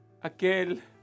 aquel